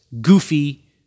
goofy